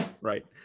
Right